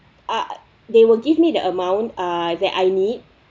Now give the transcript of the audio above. uh they will give me the amount uh that I need